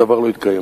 הדבר לא יתקיים.